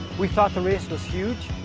we thought the race was huge.